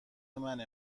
منه